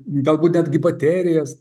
galbūt netgi baterijas